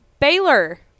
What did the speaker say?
Baylor